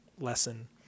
lesson